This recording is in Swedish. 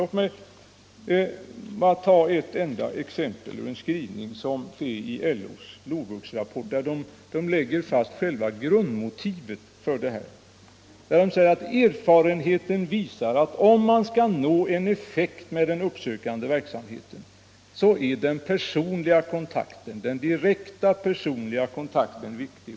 Låt mig bara som ett enda exempel anföra vad LO skriver i sin LOVUX-rapport, där LO lägger fast själva grundmotivet, nämligen att erfarenheten visar att om man skall nå en effekt med den uppsökande verksamheten är den direkta personliga kontakten viktig.